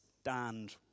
stand